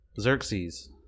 Xerxes